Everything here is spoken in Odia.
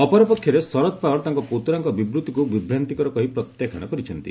ଅପରପକ୍ଷରେ ଶରଦ ପୱାର ତାଙ୍କ ପୁତ୍ରାଙ୍କ ବିବୃତ୍ତିକୁ ବିଭ୍ରାନ୍ତିକର କହି ପ୍ରତ୍ୟାଖ୍ୟାନ କରିଛନ୍ତି